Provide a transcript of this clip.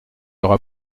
aura